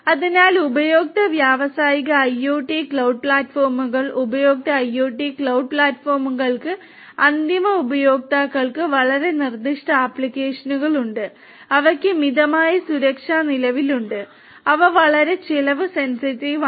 അതിനാൽ ഉപഭോക്തൃ വ്യാവസായിക ഐഒടി ക്ലൌഡ് പ്ലാറ്റ്ഫോമുകൾ ഉപഭോക്തൃ ഐഒടി ക്ലൌഡ് പ്ലാറ്റ്ഫോമുകൾക്ക് അന്തിമ ഉപയോക്താക്കൾക്ക് വളരെ നിർദ്ദിഷ്ട ആപ്ലിക്കേഷനുകൾ ഉണ്ട് അവയ്ക്ക് മിതമായ സുരക്ഷ നിലവിലുണ്ട് അവ വളരെ ചെലവ് സെൻസിറ്റീവ് ആണ്